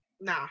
Nah